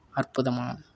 அற்புதமாக